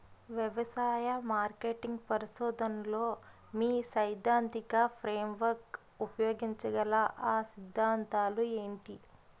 వ్యవసాయ మార్కెటింగ్ పరిశోధనలో మీ సైదాంతిక ఫ్రేమ్వర్క్ ఉపయోగించగల అ సిద్ధాంతాలు ఏంటి?